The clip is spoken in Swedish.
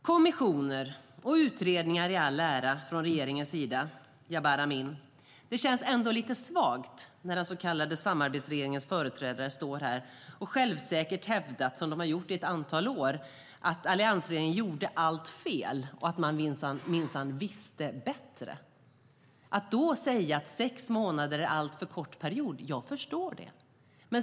Kommissioner och utredningar från regeringen i all ära, Jabar Amin, men det känns ändå lite svagt när den så kallade samarbetsregeringens företrädare står här och självsäkert hävdar - som de har gjort under ett antal år - att alliansregeringen gjorde allt fel och att de minsann visste bättre. Jag förstår att man då säger att sex månader är en alltför kort period.